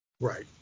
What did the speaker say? Right